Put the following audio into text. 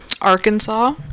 Arkansas